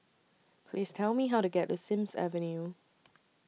Please Tell Me How to get to Sims Avenue